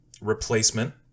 replacement